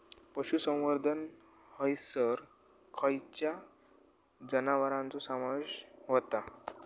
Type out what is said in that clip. पशुसंवर्धन हैसर खैयच्या जनावरांचो समावेश व्हता?